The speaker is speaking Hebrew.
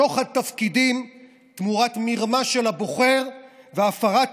שוחד תפקידים תמורת מרמה של הבוחר והפרת